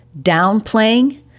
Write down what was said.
downplaying